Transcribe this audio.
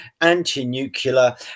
anti-nuclear